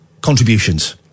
contributions